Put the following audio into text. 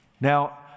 Now